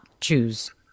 choose